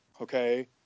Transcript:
okay